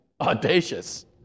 audacious